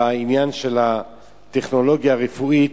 לעניין של הטכנולוגיה הרפואית,